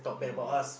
mm